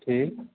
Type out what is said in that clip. جی